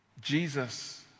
Jesus